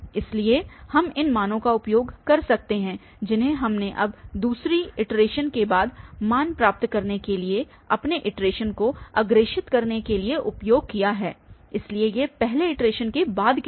इसलिए हम इन मानों का उपयोग कर सकते हैं जिन्हें हमने अब दूसरी इटरेशन के बाद मान प्राप्त करने के लिए अपने इटरेशन को अग्रेषित करने के लिए उपयोग किया है इसलिए ये पहले इटरेशन के बाद के मान हैं